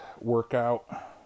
workout